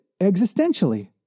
existentially